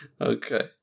Okay